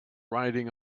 riding